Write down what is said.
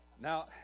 Now